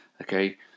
Okay